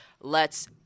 lets